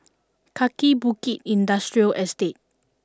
Kaki Bukit Industrial Estate